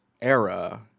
era